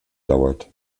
dauert